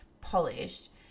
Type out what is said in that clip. polished